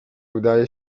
udaje